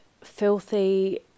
filthy